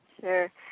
sure